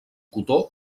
cotó